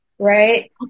Right